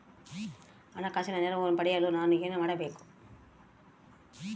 ಹಣಕಾಸಿನ ನೆರವು ಪಡೆಯಲು ನಾನು ಏನು ಮಾಡಬೇಕು?